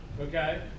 Okay